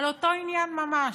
על אותו עניין ממש.